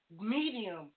medium